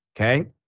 okay